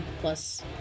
plus